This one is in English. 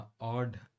odd